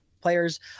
players